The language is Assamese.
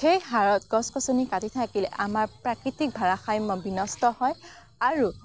সেই হাৰত গছ গছনি কাটি থাকিলে আমাৰ প্ৰাকৃতিক ভাৰসাম্য বিনষ্ট হয় আৰু